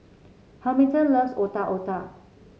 Hamilton loves Otak Otak